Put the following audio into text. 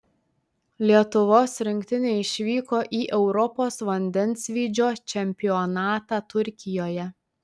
lietuvos rinktinė išvyko į europos vandensvydžio čempionatą turkijoje